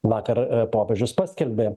vakar popiežius paskelbė